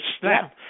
snap